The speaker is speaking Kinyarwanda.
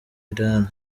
irani